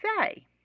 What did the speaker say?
say